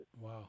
Wow